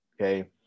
okay